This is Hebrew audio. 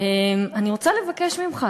אני רוצה לבקש ממך,